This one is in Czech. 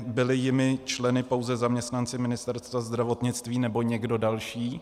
Byli jejími členy pouze zaměstnanci Ministerstva zdravotnictví, nebo i někdo další?